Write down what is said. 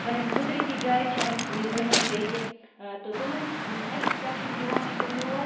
پَنٕنۍ قُدرٔتی جایہِ چھےٚ آمژٕ یہِ بَنیمژٕ ییٚتہِ تہٕ تِمَن یِم اٮ۪کٕسکَرشَن یِوان چھِ تِم یور